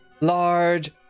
Large